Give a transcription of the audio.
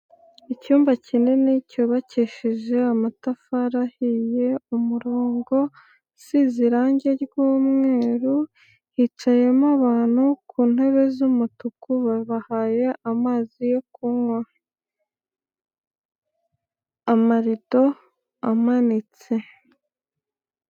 Icyumba kinini cyubakishije amatafari ahiye, umurongo usize irangi ry'umweru hicayemo abantu ku ntebe z'umutuku babahaye amazi yo kunywa, amarido amanitse.